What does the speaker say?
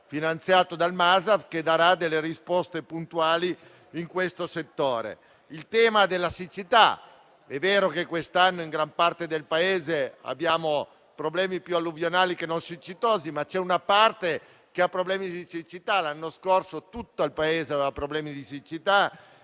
foreste (Masaf), che darà delle risposte puntuali in questo settore. Vengo al tema della siccità. È vero che quest'anno in gran parte del Paese abbiamo problemi più alluvionali che non siccitosi, ma c'è una parte che ha problemi di siccità (l'anno scorso tutto il Paese aveva questo